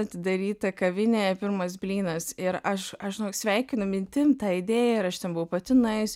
atidaryta kavinė pirmas blynas ir aš aš žinok sveikinu mintim tą idėją ir aš ten buvau pati nuėjus